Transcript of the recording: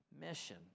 mission